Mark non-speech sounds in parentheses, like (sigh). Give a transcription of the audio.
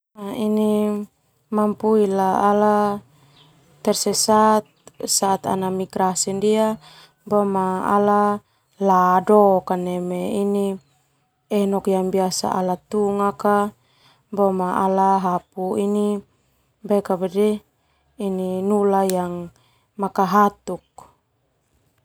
Manupui la ala tersesat saat ala migrasi ndia boma ala la dok neme enok ala tunga ala hapu ini (hesitation) nula yang makahatuk.